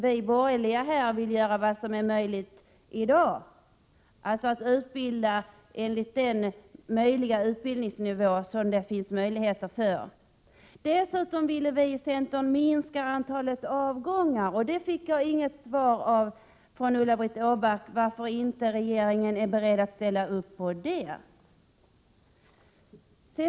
Vi borgerliga vill däremot göra vad som är möjligt i dag, dvs. utöka utbildningen till den nivå som det nu finns möjligheter till. Dessutom vill vi i centern minska antalet avgångar. Jag fick inte något svar från Ulla-Britt Åbark på frågan varför regeringen inte är beredd att ställa sig bakom det kravet.